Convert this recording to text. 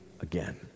AGAIN